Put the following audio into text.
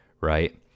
right